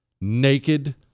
Naked